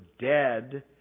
dead